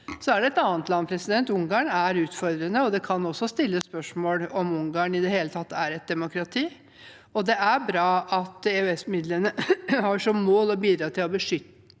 Så er det et annet land, Ungarn, som er utfordrende, og det kan stilles spørsmål ved om Ungarn i det hele tatt er et demokrati. Det er bra at EØS-midlene har som mål å bidra til å beskytte